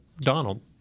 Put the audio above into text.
Donald